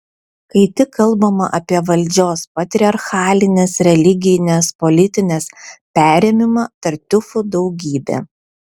kai tik kalbama apie valdžios patriarchalinės religinės politinės perėmimą tartiufų daugybė